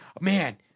man